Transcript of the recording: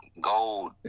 gold